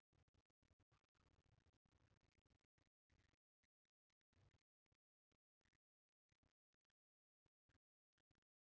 चियाक बीया मे क्वरसेटीन होइ छै जे हार्टक बेमारी केर संभाबना केँ कम करय छै